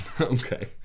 Okay